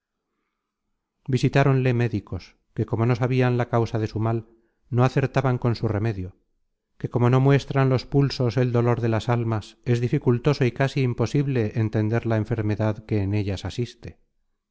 visitáronle médicos que como no sabian la causa de su mal no acertaban con su remedio que como no muestran los pulsos el dolor de las almas es dificultoso y casi imposible entender la enfermedad que en ellas asiste